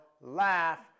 laugh